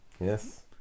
yes